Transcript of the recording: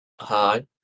Hi